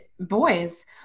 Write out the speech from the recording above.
boys